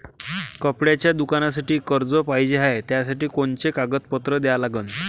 कपड्याच्या दुकानासाठी कर्ज पाहिजे हाय, त्यासाठी कोनचे कागदपत्र द्या लागन?